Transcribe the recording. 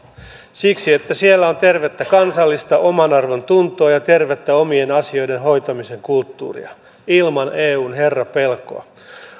siksi että siellä on tervettä kansallista omanarvontuntoa ja tervettä omien asioiden hoitamisen kulttuuria ilman eun herrapelkoa